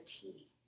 tea